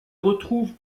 retrouve